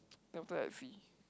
then after that I see